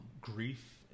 grief